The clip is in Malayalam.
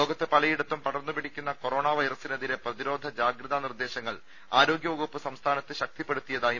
ലോകത്ത് പലയിടത്തും പടർന്നുപിടിക്കുന്ന കൊറോണ വൈറസിനെതിരെ പ്രതിരോധ ജാഗ്രതാ നിർദ്ദേശങ്ങൾ ആരോഗ്യവകുപ്പ് സംസ്ഥാനത്ത് ശക്തിപ്പെടുത്തിയതായും